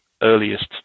earliest